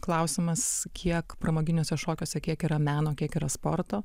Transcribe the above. klausimas kiek pramoginiuose šokiuose kiek yra meno kiek yra sporto